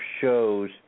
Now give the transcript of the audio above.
shows